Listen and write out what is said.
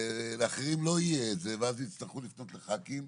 ולאחרים לא יהיה את זה ואז יצטרכו לפנות לח"כים,